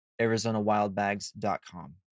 ArizonaWildBags.com